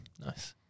Nice